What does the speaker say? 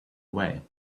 away